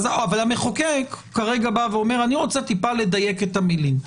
אבל המחוקק כרגע בא ואומר: אני רוצה טיפה לדייק את המילים.